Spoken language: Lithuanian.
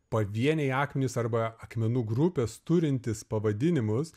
pavieniai akmenys arba akmenų grupės turintys pavadinimus